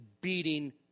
beating